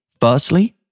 Firstly